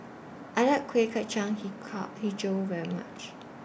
I like Kueh Kacang Hijau very much